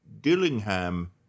Dillingham